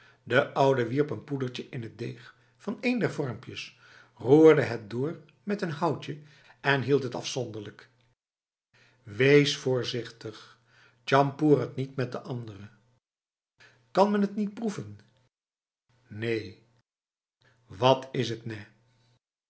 de oude wierp een poedertje in het deeg van een der vormpjes roerde het door met een houtje en hield het afzonderlijk wees voorzichtig tjampoer het niet met de andere kan men het niet proeven neen wat is het nèh